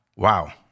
Wow